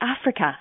Africa